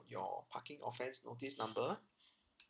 your parking offence notice number